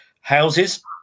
houses